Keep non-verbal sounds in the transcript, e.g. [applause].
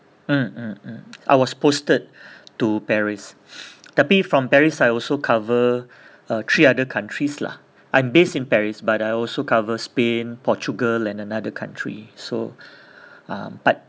mm mm mm I was posted [breath] to paris [breath] tapi from paris I also cover uh three other countries lah I'm based in paris but I also cover spain portugal and another country so [breath] empat